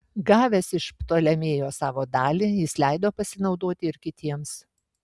gavęs iš ptolemėjo savo dalį jis leido pasinaudoti ir kitiems